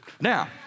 now